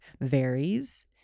varies